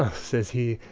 ah says he,